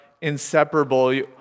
inseparable